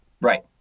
Right